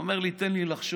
אומר לי: תן לי לחשוב.